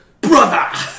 Brother